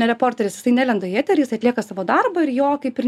ne reporteris jisai nelenda į eterį jis atlieka savo darbą ir jo kaip ir